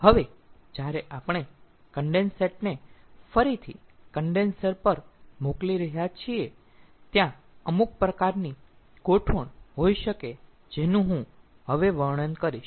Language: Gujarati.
હવે જ્યારે આપણે કન્ડેન્સેટ ને ફરીથી કન્ડેન્સર પર મોકલી રહ્યા છીએ ત્યાં અમુક પ્રકારની ગોઠવણ હોઈ શકે જેનું હું હવે વર્ણન કરીશ